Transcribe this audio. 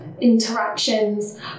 interactions